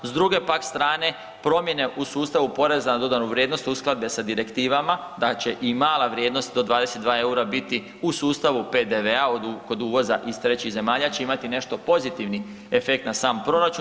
S druge pak strane promjene u sustavu poreza na dodanu vrijednosti uskladbe sa direktivama da će i mala vrijednost do 22 EUR-a biti u sustavu PDV-a, kod uvoza iz trećih zemalja će imati nešto pozitivni efekt na sami proračun.